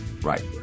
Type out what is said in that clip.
Right